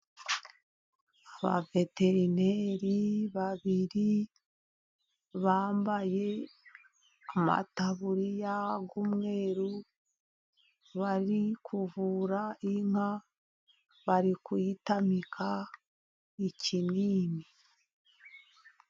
Abaveterineri babiri bambaye mataburiya y'umweru, bari kuvura inka ,bari kuyitamika ikimini.